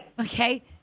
Okay